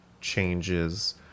changes